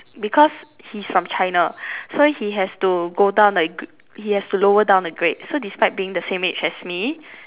because he is from China so he has to go down a gr~ he has to lower down a grade so despite being the same age as me